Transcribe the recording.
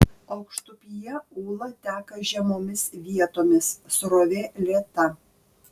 aukštupyje ūla teka žemomis vietomis srovė lėta